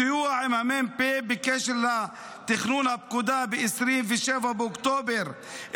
בסיוע עם המ"פ בקשר לתכנון הפקודה ב-27 באוקטובר 1956,